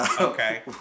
Okay